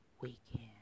weekend